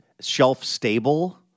shelf-stable